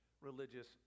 religious